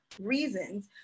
reasons